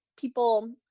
people